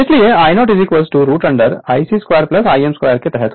इसलिएI0 root IC 2 Im 2 के तहत है